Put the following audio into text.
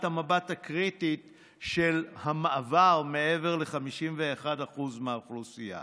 המבט הקריטית של המעבר מעבר ל-51% מהאוכלוסייה.